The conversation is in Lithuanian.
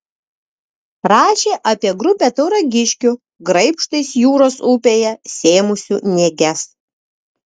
rašė apie grupę tauragiškių graibštais jūros upėje sėmusių nėges